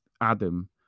Adam